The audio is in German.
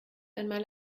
einmal